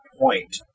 point